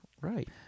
Right